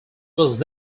was